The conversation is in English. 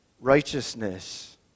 righteousness